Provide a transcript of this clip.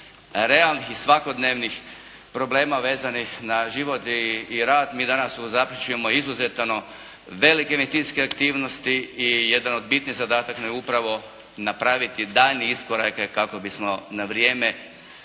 realnih i svakodnevnih problema vezanih na život i rad. Mi danas u Zaprešiću imamo izuzetno velike investicijske aktivnosti i jedan od bitnih zadataka je upravo napraviti daljnje iskorake kako bismo na vrijeme